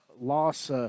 loss –